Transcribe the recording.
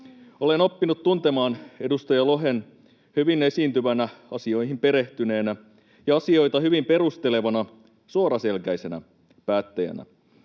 Olen oppinut tuntemaan edustaja Lohen hyvin esiintyvänä, asioihin perehtyneenä ja asioita hyvin perustelevana, suoraselkäisenä päättäjänä,